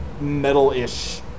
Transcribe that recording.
metal-ish